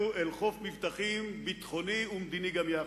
אל חוף מבטחים ביטחוני ומדיני גם יחד.